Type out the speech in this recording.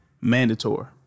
mandatory